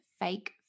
fake